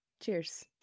Cheers